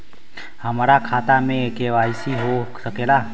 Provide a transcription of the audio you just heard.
हमार खाता में के.वाइ.सी हो सकेला?